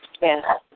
Yes